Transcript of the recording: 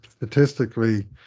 Statistically